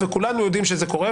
וכולנו יודעים שזה קורה,